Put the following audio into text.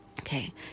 Okay